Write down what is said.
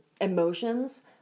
emotions